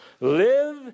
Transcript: Live